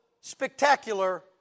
spectacular